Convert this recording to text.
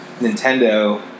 Nintendo